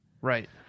right